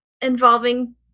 involving